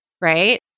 right